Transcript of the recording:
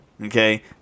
okay